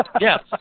Yes